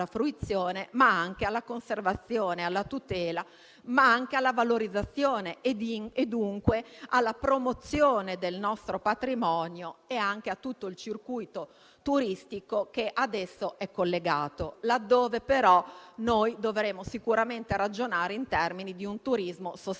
e di tutto il circuito turistico che ad esso è collegato, laddove però noi dovremo sicuramente ragionare in termini di turismo sostenibile, ricordandoci della necessità di distretti culturali diffusi, anche nell'ottica di alleggerire i grandi poli di attrazione e dare